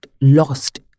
lost